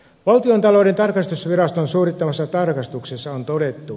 valtiontalouden tarkastusviraston suorittamassa tarkastuksessa on todettu